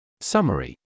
Summary